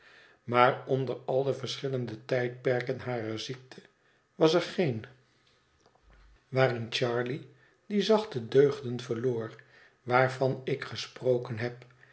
maar onder al de verschillende tijdperken harer ziekte was er geen waarin charley die zachte deugden verloor waarvan ik gesproken heb